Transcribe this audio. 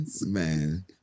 Man